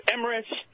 Emirates